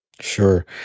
Sure